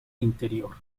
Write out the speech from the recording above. interior